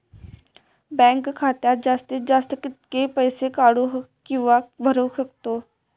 Bank खात्यात जास्तीत जास्त कितके पैसे काढू किव्हा भरू शकतो?